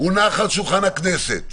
הונחה על שולחן הכנסת,